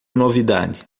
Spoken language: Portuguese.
novidade